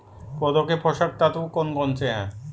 पौधों के पोषक तत्व कौन कौन से हैं?